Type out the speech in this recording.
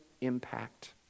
impact